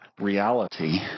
reality